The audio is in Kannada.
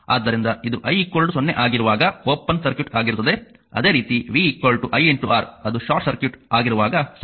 ಆದ್ದರಿಂದ ಇದು i 0 ಆಗಿರುವಾಗ ಓಪನ್ ಸರ್ಕ್ಯೂಟ್ ಆಗಿರುತ್ತದೆ ಅದೇ ರೀತಿ v iR ಅದು ಶಾರ್ಟ್ ಸರ್ಕ್ಯೂಟ್ ಆಗಿರುವಾಗ ಸರಿ